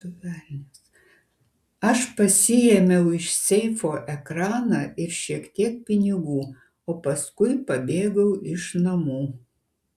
aš pasiėmiau iš seifo ekraną ir šiek tiek pinigų o paskui pabėgau iš namų